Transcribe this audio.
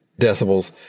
decibels